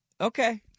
Okay